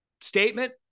statement